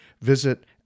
Visit